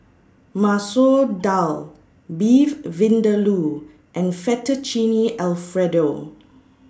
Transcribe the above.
Masoor Dal Beef Vindaloo and Fettuccine Alfredo